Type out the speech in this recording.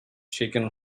shaken